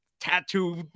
tattoo